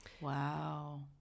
Wow